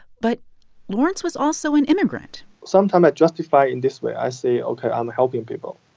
but lawrence was also an immigrant sometimes, i justify it in this way i say, ok, i'm helping people.